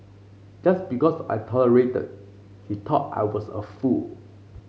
just because I tolerated he thought I was a fool